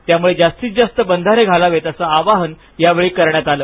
त्यामुळे जास्तीतजास्त बंधारे घालावेत असं आवाहन यावेळी करण्यात आलं